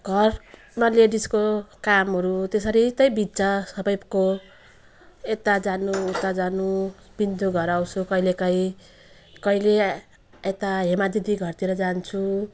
घरमा लेडिसको कामहरू त्यसरी त बित्छ सबैको यता जानु उता जानु पिन्जो घर आउँछु कहिलेकाहीँ कहिले यता हिमा दिदीको घरतिर जान्छु